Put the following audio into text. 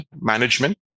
management